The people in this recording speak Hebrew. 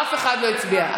אף אחד לא הצביע.